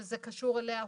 שזה קשור אליה,